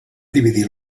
dividir